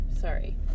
sorry